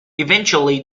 eventually